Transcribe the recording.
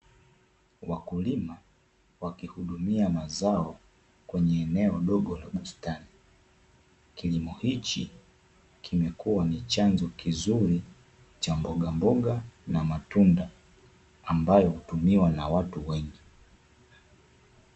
Wakulima wakihudumia mazao kwenye eneo dogo la bustani. Kilimo hichi kimekuwa ni chanzo kizuri cha mboga mboga na matunda ambayo hutumiwa na watu wengi.